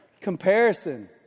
Comparison